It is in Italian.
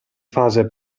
fase